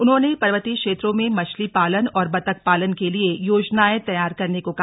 उन्होंने पर्वतीय क्षेत्रों में मछली पालन और बतख पालन के लिए योजनाएं तैयार करने को कहा